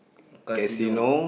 casino